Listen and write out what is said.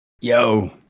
yo